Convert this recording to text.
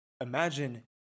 Imagine